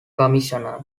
commissioner